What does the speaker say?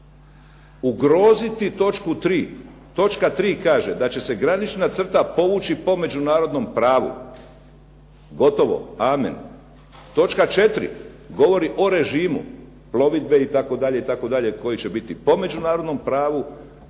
ugroziti točku 3. Točka 3. kaže da će se granična crta povući po međunarodnom pravu, gotovo, amen. Točka 4. govori o režimu plovidbe itd. koji će biti po međunarodnom pravu,